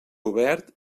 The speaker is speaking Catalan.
obert